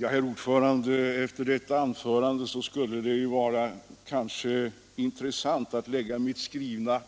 Herr talman! Efter detta anförande skulle det ha varit intressant att lägga mitt skrivna